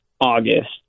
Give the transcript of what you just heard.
August